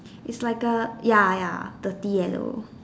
is like a ya ya dirty yellow